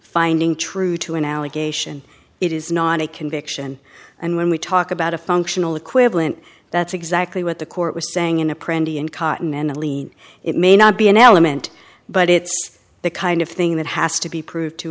finding true to an allegation it is not a conviction and when we talk about a functional equivalent that's exactly what the court was saying in a pretty in cotton aniline it may not be an element but it's the kind of thing that has to be proved to